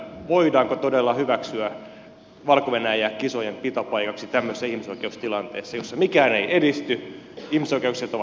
voidaanko todella hyväksyä valko venäjä kisojen pitopaikaksi tämmöisessä ihmisoikeustilanteessa jossa mikään ei edisty ihmisoikeudet ovat maanraossa